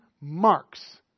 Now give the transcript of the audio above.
marks